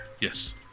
Yes